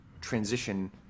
transition